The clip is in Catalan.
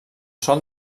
sol